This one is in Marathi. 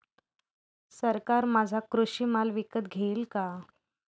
सरकार माझा कृषी माल विकत घेईल का?